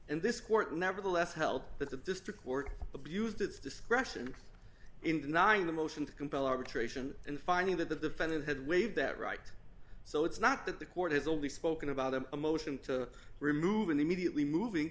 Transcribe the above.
in this court nevertheless held that the district court abused its discretion in denying the motion to compel arbitration and finding that the defendant had waived that right so it's not that the court has only spoken about them a motion to remove and immediately movi